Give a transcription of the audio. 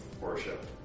worship